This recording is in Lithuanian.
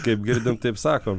kaip girdim taip sakom